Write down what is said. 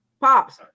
Pops